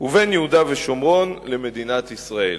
ובין יהודה ושומרון למדינת ישראל.